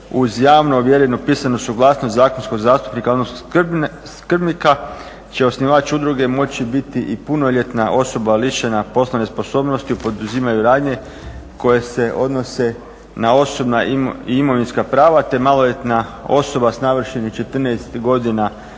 uz javno ovjereno pisanu suglasnost zakonskog zastupnika, odnosno skrbnika će osnivač udruge moći biti i punoljetna osoba lišene poslovne sposobnosti u poduzimanju radnje koje se odnose na osobna i imovinska prava te maloljetna osoba sa navršenih 14 godina